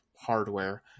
hardware